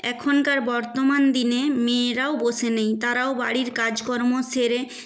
এখনকার বর্তমান দিনে মেয়েরাও বসে নেই তারাও বাড়ির কাজকর্ম সেরে